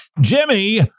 jimmy